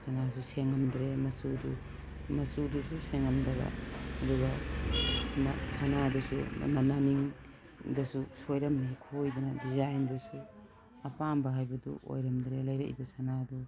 ꯁꯅꯥꯁꯨ ꯁꯦꯡꯉꯝꯗ꯭ꯔꯦ ꯃꯆꯨꯁꯨ ꯃꯆꯨꯗꯨꯁꯨ ꯁꯦꯡꯉꯝꯗꯕ ꯑꯗꯨꯒ ꯁꯅꯥꯗꯨꯁꯨ ꯅꯥꯅꯤꯡꯗꯁꯨ ꯁꯣꯏꯔꯝꯃꯦ ꯈꯣꯏꯕꯅ ꯗꯤꯖꯥꯏꯟꯗꯨꯁꯨ ꯑꯄꯥꯝꯕ ꯍꯥꯏꯕꯗꯨ ꯑꯣꯏꯔꯝꯗ꯭ꯔꯦ ꯂꯩꯔꯛꯏꯕ ꯁꯅꯥꯗꯨ